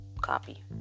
copy